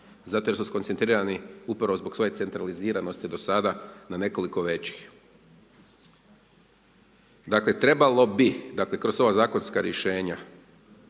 zato jer su skoncentrirani, upravo zbog svoje centraliziranosti do sada na nekoliko većih. Dakle, trebalo bi dakle, kroz sva ova zakonska rješenja,